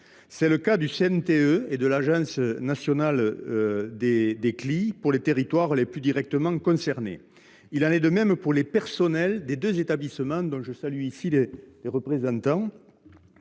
C’est le cas du CNTE et de l’Anccli pour les territoires les plus directement concernés. Il en est de même pour les personnels des deux établissements, dont je salue les représentants